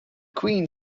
queen